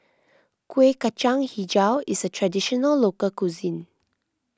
Kuih Kacang HiJau is a Traditional Local Cuisine